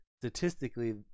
statistically